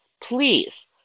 please